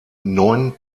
neun